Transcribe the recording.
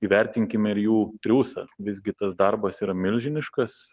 įvertinkime ir jų triūsą visgi tas darbas yra milžiniškas